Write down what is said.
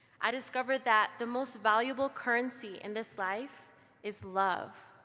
i discovered that the most valuable currency in this life is love.